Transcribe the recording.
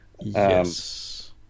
Yes